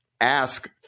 ask